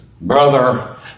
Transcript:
Brother